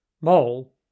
Mole